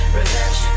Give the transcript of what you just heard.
revenge